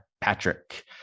Patrick